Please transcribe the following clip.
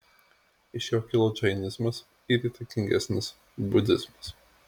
iš jo kilo džainizmas ir įtakingesnis budizmas